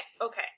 okay